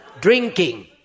Drinking